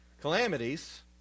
Calamities